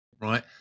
right